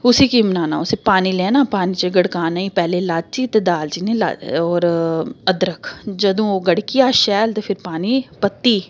उस्सी कि'यां बनाना उस्सी पानी लैना पानी च गड़काने पैह्लें लाची ते दालचीनी होर अदरक जदूं गड़की जाऽ शैल ते फिर पानी पत्ती